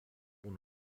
ohne